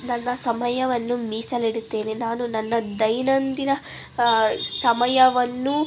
ನನ್ನ ಸಮಯವನ್ನು ಮೀಸಲಿಡುತ್ತೇನೆ ನಾನು ನನ್ನ ದೈನಂದಿನ ಸಮಯವನ್ನು